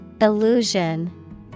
Illusion